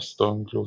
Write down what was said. האסטרנגלו,